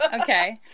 Okay